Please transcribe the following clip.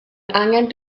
angen